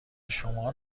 شما